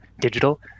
digital